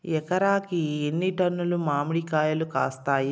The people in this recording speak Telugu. ఎకరాకి ఎన్ని టన్నులు మామిడి కాయలు కాస్తాయి?